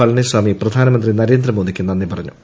പളനിസ്വാമി പ്രധാനമന്ത്രി നരേന്ദ്രമോദിയ്ക്ക് നന്ദി പറഞ്ഞു